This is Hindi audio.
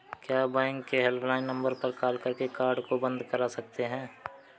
क्या बैंक के हेल्पलाइन नंबर पर कॉल करके कार्ड को बंद करा सकते हैं?